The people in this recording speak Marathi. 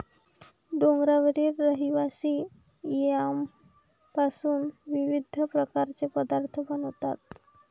डोंगरावरील रहिवासी यामपासून विविध प्रकारचे पदार्थ बनवतात